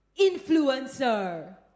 influencer